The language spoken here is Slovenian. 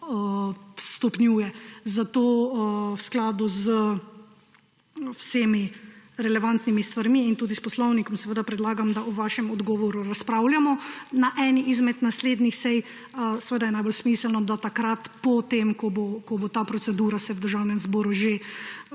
stopnjuje. Zato v skladu z vsemi relevantnimi stvarmi in tudi s poslovnikom seveda predlagam, da o vašem odgovoru razpravljamo na eni izmed naslednjih sej. Seveda je najbolj smiselno, da po tem, ko se bo ta procedura v Državnem zboru že